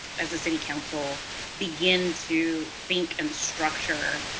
as the city council begin to think in structure,